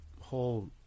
whole